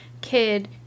kid